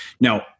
Now